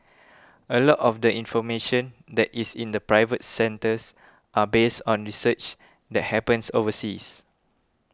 a lot of the information that is in the private centres are based on research that happens overseas